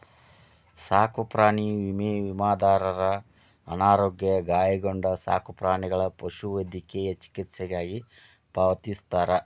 ಸಾಕುಪ್ರಾಣಿ ವಿಮೆ ವಿಮಾದಾರರ ಅನಾರೋಗ್ಯ ಗಾಯಗೊಂಡ ಸಾಕುಪ್ರಾಣಿಗಳ ಪಶುವೈದ್ಯಕೇಯ ಚಿಕಿತ್ಸೆಗಾಗಿ ಪಾವತಿಸ್ತಾರ